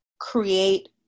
create